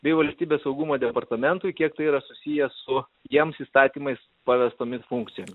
bei valstybės saugumo departamentui kiek tai yra susiję su jiems įstatymais pavestomis funkcijom